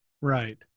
Right